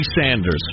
Sanders